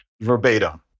verbatim